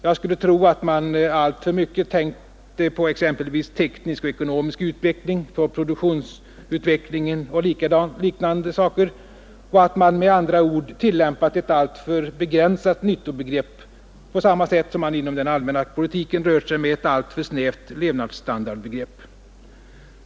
Jag skulle tro att man alltför mycket tänkt på exempelvis teknisk och ekonomisk utveckling, på produktionsutveckling och liknande och att man med andra ord tillämpat ett alltför begränsat nyttobegrepp på samma sätt som man inom den allmänna politiken rört sig med ett alltför snävt levnadsstandardbegrepp.